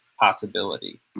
possibility